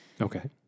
Okay